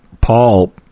Paul